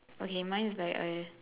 okay mine is like A